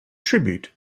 tribute